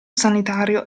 sanitario